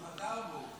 הוא חזר בו.